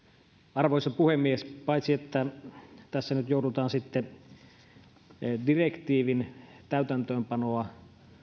arvoisa puhemies paitsi että tässä nyt joudutaan direktiivin täytäntöönpanoa